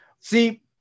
see